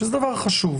שזה דבר חשוב.